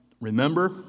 remember